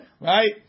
right